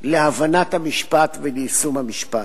להבנת המשפט וליישום המשפט.